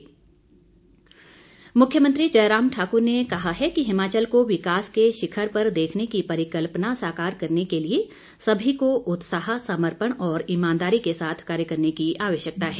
जयराम मुख्यमंत्री जयराम ठाकुर ने कहा है कि हिमाचल को विकास के शिखर पर देखने की परिकल्पना साकार करने के लिए सभी को उत्साह समर्पण और ईमानदारी के साथ कार्य करने की आवश्यकता है